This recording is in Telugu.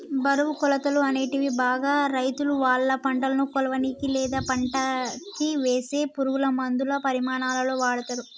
బరువు, కొలతలు, అనేటివి బాగా రైతులువాళ్ళ పంటను కొలవనీకి, లేదా పంటకివేసే పురుగులమందుల పరిమాణాలలో వాడతరు